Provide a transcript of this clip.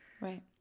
Right